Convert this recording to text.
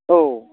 औ